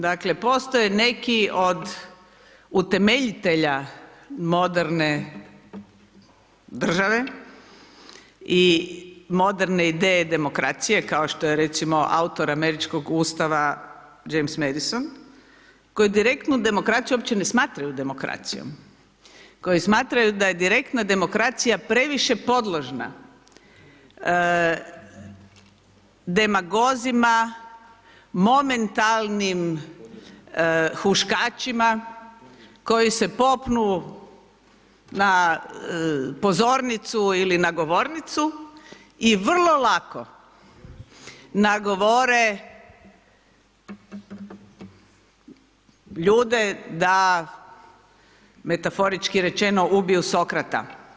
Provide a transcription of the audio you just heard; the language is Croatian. Dakle postoje neki od utemeljitelja moderne države i moderne ideje demokracije kao što je recimo autor Američkog ustava James Madison, koji direktnu demokraciju uopće ne smatraju demokracijom, koji smatraju da je direktna demokracija previše podložna demagozima, momentalnim huškačima koji se popnu na pozornicu ili na govornicu i vrlo lako nagovore ljude da metaforički rečeno ubiju Sokrata.